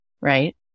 right